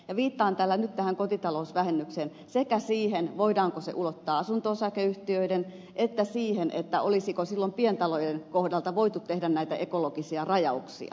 viittaan tällä nyt tähän kotitalousvähennykseen sekä siihen voidaanko se ulottaa asunto osakeyhtiöihin että siihen olisiko silloin pientalojen kohdalta voitu tehdä näitä ekologisia rajauksia ja ehtoja